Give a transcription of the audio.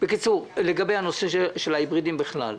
לגבי הנושא של הרכבים ההיברידיים בכלל.